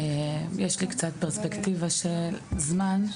יש לי קצת פרספקטיבה של זמן.